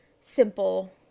simple